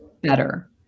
better